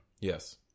Yes